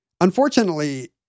Unfortunately